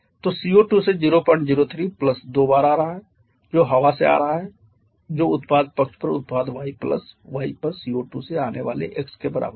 तो CO2से 003 प्लस दो बार आ रहा है जो हवा से आ रहा है जो उत्पाद पक्ष पर उत्पाद y प्लस y पर CO2 से आने वाले x के बराबर है